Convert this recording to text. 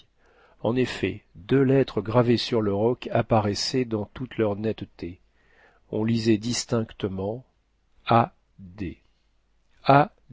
en effet deux lettres gravées sur le roc apparaissaient dans toute leur netteté on lisait distinctement a d a